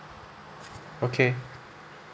okay